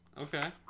Okay